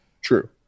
true